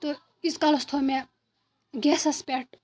تہٕ ایٖتِس کالَس تھوٚو مےٚ گیسَس پٮ۪ٹھ